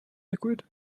liquid